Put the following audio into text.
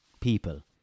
people